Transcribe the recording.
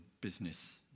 business